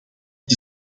dat